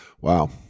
Wow